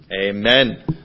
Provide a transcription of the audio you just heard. Amen